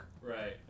Right